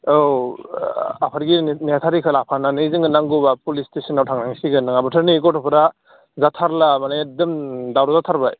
औ आफादगिरि नेहाथारिखो लाफानानै जोङो नांगौब्ला पुलिस स्टेसनाव थांनांसिगोन नोङाब्लाथ' नै गथ'फोरा जाथारला माने दोन दावराव जाथारबाय